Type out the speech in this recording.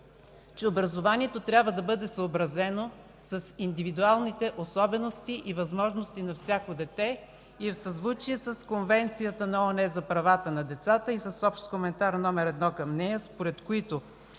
че образованието трябва да бъде съобразено с индивидуалните особености и възможности на всяко дете и е в съзвучие с Конвенцията на ООН за правата на децата и с общ коментар номер едно към нея, според които